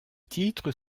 titres